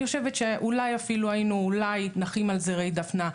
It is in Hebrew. אני חושבת שאולי אפילו היינו נחים על זרי דפנה.